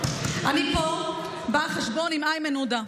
אני פה באה חשבון עם איימן עודה.